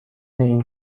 این